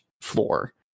floor